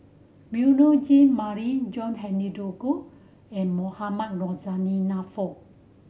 Beurel Jean Marie John Henry Duclo and Mohamed Rozani Naarof